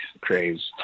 craze